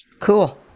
Cool